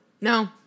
No